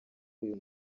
uyu